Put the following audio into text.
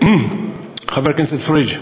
חבר הכנסת פריג',